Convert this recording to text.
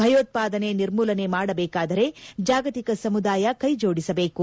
ಭಯೋತ್ಪಾದನೆ ನಿರ್ಮೂಲನೆ ಮಾಡಬೇಕಾದರೆ ಜಾಗತಿಕ ಸಮುದಾಯ ಕೈ ಜೋಡಿಸಬೇಕು